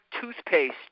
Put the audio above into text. toothpaste